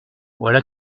voilà